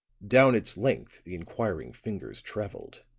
down its length the inquiring fingers traveled